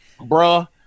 Bruh